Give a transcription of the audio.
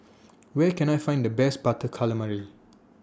Where Can I Find The Best Butter Calamari